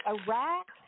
Iraq